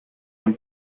and